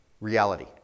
reality